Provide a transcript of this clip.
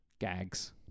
gags